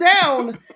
down